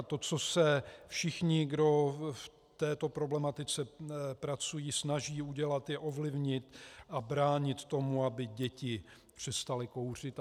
To, co se všichni, kdo v této problematice pracují, snaží udělat, je ovlivnit a bránit tomu, aby děti začaly kouřit.